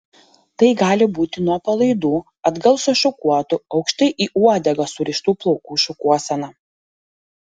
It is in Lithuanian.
tai gali būti nuo palaidų atgal sušukuotų aukštai į uodegą surištų plaukų šukuosena